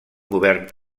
govern